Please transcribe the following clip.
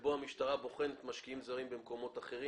שבו המשטרה בוחנת משקיעים זרים במקומות אחרים